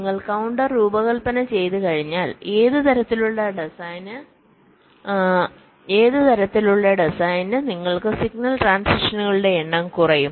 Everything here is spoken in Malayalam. നിങ്ങൾ കൌണ്ടർ രൂപകൽപന ചെയ്തുകഴിഞ്ഞാൽ ഏത് തരത്തിലുള്ള ഡിസൈനിന് നിങ്ങൾക്ക് സിഗ്നൽ ട്രാന്സിഷകളുടെ എണ്ണം കുറയും